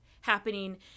happening